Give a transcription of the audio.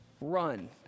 run